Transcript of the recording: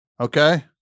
Okay